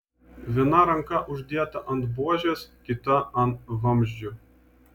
viena ranka uždėta ant buožės kita ant vamzdžių